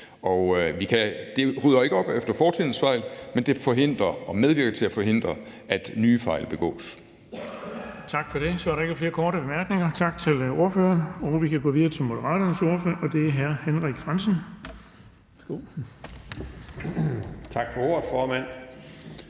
Det rydder jo ikke op efter fortidens fejl, men det forhindrer og medvirker til at forhindre, at nye fejl begås.